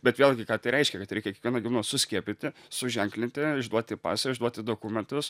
bet vėlgi tai reiškia kad reikia kiekvieną gyvūną suskiepyti suženklinti išduoti pasą išduoti dokumentus